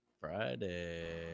Friday